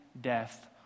death